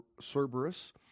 Cerberus